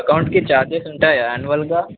అకౌంట్కి ఛార్జెస్ ఉంటాయా అన్యువల్గా